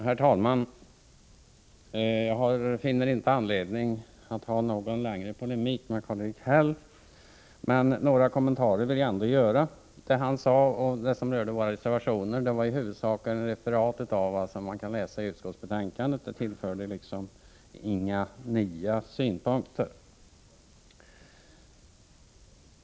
Herr talman! Jag finner inte anledning till någon längre polemik med Karl-Erik Häll. Men några kommentarer vill jag ändå göra. Vad han sade om våra reservationer var i huvudsak ett referat av vad man kan läsa i utskottsbetänkandet. Han tillförde inte debatten några nya synpunkter.